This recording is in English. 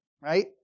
right